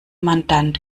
mandant